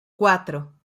cuatro